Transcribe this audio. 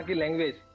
language